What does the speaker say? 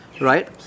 right